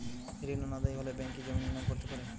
ঋণ অনাদায়ি হলে ব্যাঙ্ক কি জমি নিলাম করতে পারে?